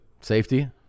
safety